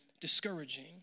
discouraging